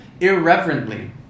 irreverently